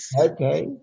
Okay